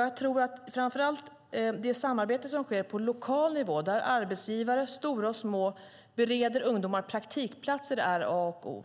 Jag tror framför allt att det arbete som sker på lokal nivå, där stora och små arbetsgivare bereder ungdomar praktikplatser, är A och O.